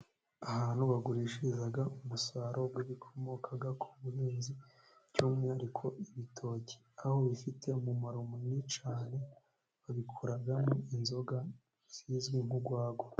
Shantu bagurishiriza umusaruro gikomokaga ku buhinzi by'umwihariko ibitoki, aho bifite umumaro munini cyane, babikugamo inzoga zizwi nk'urwagwa.